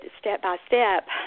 step-by-step